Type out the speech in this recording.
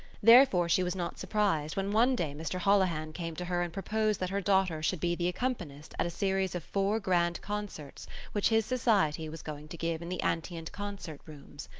therefore she was not surprised when one day mr. holohan came to her and proposed that her daughter should be the accompanist at a series of four grand concerts which his society was going to give in the antient concert rooms.